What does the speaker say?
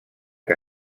que